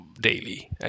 daily